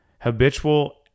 habitual